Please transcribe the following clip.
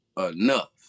enough